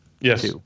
Yes